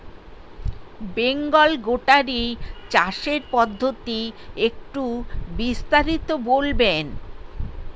বেঙ্গল গোটারি চাষের পদ্ধতি একটু বিস্তারিত বলবেন?